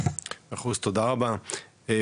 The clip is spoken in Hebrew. תודה רבה.